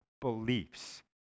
beliefs